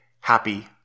happy